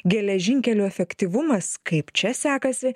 geležinkelių efektyvumas kaip čia sekasi